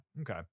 Okay